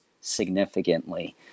significantly